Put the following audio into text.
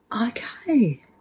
Okay